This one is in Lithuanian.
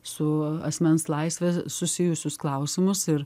su asmens laisve susijusius klausimus ir